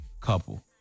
couple